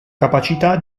capacità